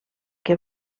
que